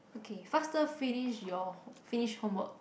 okay faster finish your finish homework